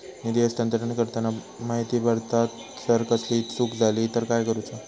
निधी हस्तांतरण करताना माहिती भरताना जर कसलीय चूक जाली तर काय करूचा?